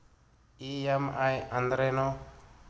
EMI ಅಂದ್ರೇನು?